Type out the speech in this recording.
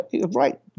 right